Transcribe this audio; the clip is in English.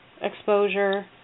exposure